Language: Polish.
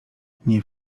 nie